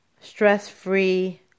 stress-free